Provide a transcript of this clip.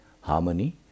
Harmony